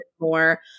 More